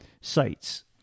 sites